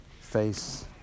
face